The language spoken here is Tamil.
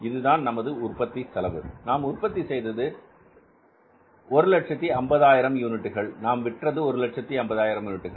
இதுதான் நமது உற்பத்தி செலவு நாம் உற்பத்தி செய்தது 150000 யூனிட்டுகள் நாம் விற்றது 150000 யூனிட்டுகள்